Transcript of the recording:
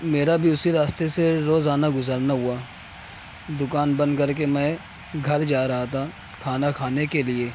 میرا بھی اسی راستے سے روزانہ گزرنا ہوا دکان بند کر کے میں گھر جا رہا تھا کھانا کھانے کے لیے